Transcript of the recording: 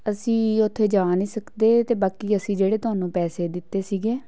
ਅਸੀਂ ਉੱਥੇ ਜਾ ਨਹੀਂ ਸਕਦੇ ਅਤੇ ਬਾਕੀ ਅਸੀਂ ਜਿਹੜੇ ਤੁਹਾਨੂੰ ਪੈਸੇ ਦਿੱਤੇ ਸੀਗੇ